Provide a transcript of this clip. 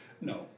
No